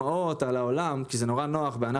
חוזר.